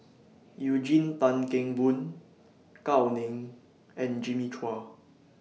Eugene Tan Kheng Boon Gao Ning and Jimmy Chua